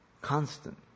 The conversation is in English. constant